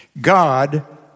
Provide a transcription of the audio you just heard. God